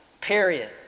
Period